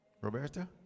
Roberta